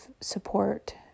support